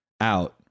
Out